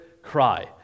cry